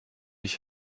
ich